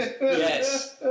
Yes